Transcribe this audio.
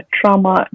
trauma